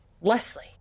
Leslie